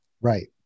Right